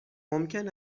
ممکن